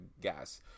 gas